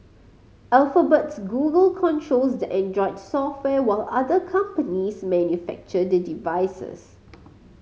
Alphabet's Google controls the Android software while other companies manufacture the devices